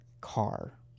car